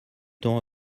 temps